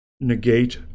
negate